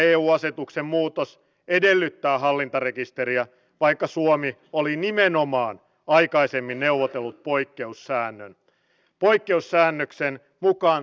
suhtauduin äärimmäisellä lämmöllä siihen kun työministeri jari lindström kiitteli vihreiden vaihtoehtoa nopean kotouttamisen ohjelmasta